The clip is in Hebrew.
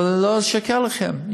אבל לא אשקר לכם,